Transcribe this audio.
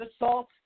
assault